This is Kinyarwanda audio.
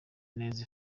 neza